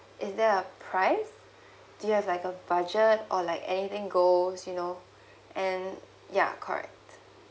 is there a price do you have like a budget or like anything goes you know and ya correct